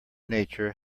nature